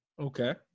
Okay